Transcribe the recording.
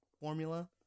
formula